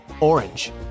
Orange